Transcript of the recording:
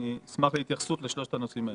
אשמח להתייחסות לשלושת הנושאים האלה.